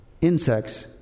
Insects